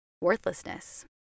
worthlessness